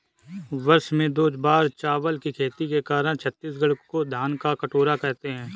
वर्ष में दो बार चावल की खेती के कारण छत्तीसगढ़ को धान का कटोरा कहते हैं